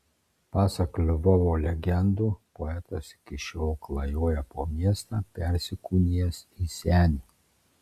pasak lvovo legendų poetas iki šiol klajoja po miestą persikūnijęs į senį